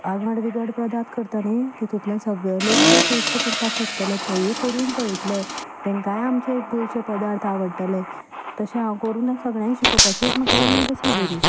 आगड विंगड पदार्त करता न्हय तितूंतल्यान सगले लोक ते टेस्ट करपाक शकतले तेयू करून पयतले तेंकांय आमचे गोंयचे पदार्त आवडटले तशें हांव करून सगल्यांक शिकोवपाची एक म्हाका उमेद आसा बरी